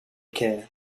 care